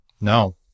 No